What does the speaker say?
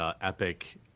epic